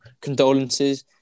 condolences